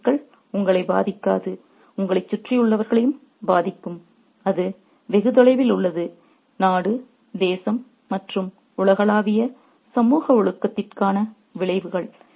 ஒரு சிக்கல் உங்களை பாதிக்காது உங்களைச் சுற்றியுள்ளவர்களையும் பாதிக்கும் அது வெகு தொலைவில் உள்ளது நாடு தேசம் மற்றும் உலகளாவிய சமூக ஒழுங்கிற்கான விளைவுகள்